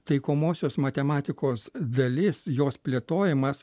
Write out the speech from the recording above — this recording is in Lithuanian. taikomosios matematikos dalis jos plėtojimas